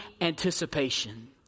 anticipation